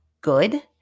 good